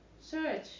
Search